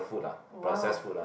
!wow!